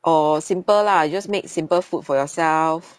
oh simple lah you just make simple food for yourself